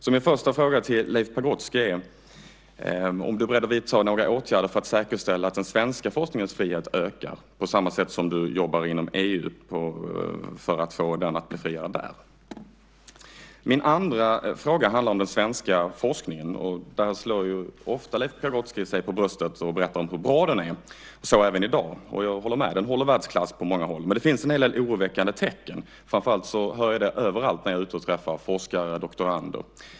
Min första fråga till Leif Pagrotsky är: Är du beredd att vidta några åtgärder för att säkerställa att den svenska forskningens frihet ökar på samma sätt som du jobbar inom EU för att få den att bli friare där? Min andra fråga handlar om den svenska forskningen. Leif Pagrotsky slår sig ofta för bröstet och berättar om hur bra den är, så även i dag. Och jag håller med. Den håller världsklass på många håll. Men det finns en hel del oroväckande tecken. Det hör jag framför allt överallt när jag är ute och träffar forskare och doktorander.